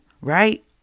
right